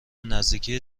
نزدیکی